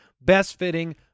best-fitting